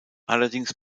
allerdings